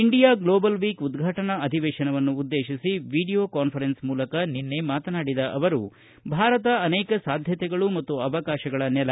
India global week ಉದ್ಘಾಟನಾ ಅಧಿವೇಶನವನ್ನು ಉದ್ದೇಶಿಸಿ ವಿಡಿಯೋ ಕಾನ್ಫರೆನ್ಸ್ ಮೂಲಕ ಮಾತನಾಡಿದ ಅವರು ಭಾರತ ಅನೇಕ ಸಾಧ್ಯತೆಗಳು ಮತ್ತು ಅವಕಾಶಗಳ ನೆಲ